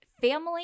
family